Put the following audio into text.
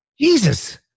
Jesus